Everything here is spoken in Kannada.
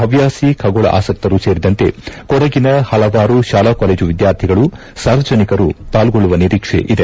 ಹವ್ಯಾಸಿ ಖಗೋಳ ಆಸಕ್ತರು ಸೇರಿದಂತೆ ಕೊಡಗಿನ ಹಲವಾರು ಶಾಲಾ ಕಾಲೇಜು ವಿದ್ಯಾರ್ಥಿಗಳು ಸಾರ್ವಜನಿಕರು ಪಾರ್ಗೊಳ್ಳುವ ನಿರೀಕ್ಷೆ ಇದೆ